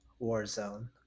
warzone